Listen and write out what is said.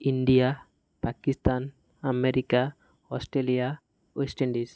India Pakistan America Australia West Indies